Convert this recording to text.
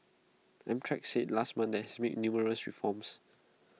amtrak said last month that IT had made numerous reforms